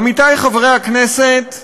עמיתי חברי הכנסת,